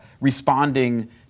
responding